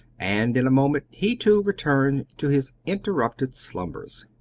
and in a moment he, too, returned to his interrupted slumbers.